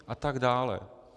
A tak dále.